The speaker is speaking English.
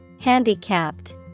Handicapped